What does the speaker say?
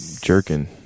jerking